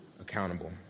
accountable